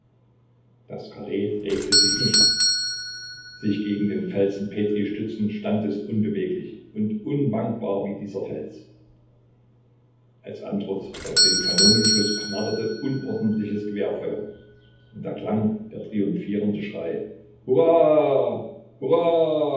das karree regte sich nicht sich gegen den felsen petri stützend stand es unbeweglich und unwankbar wie dieser fels als antwort auf den kanonenschuß knatterte unordentliches gewehrfeuer und erklang der triumphierende schrei